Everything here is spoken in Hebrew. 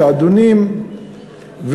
כאדונים,